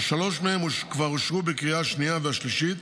ששלוש מהן כבר אושרו בקריאות השנייה והשלישית,